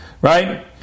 Right